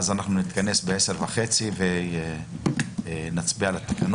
נתכנס ב-10:30 ונצביע על התקנות.